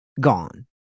gone